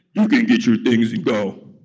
you can get your things and go.